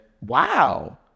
Wow